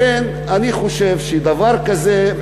לכן אני חושב שדבר כזה,